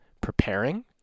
preparing